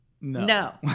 No